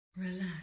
Relax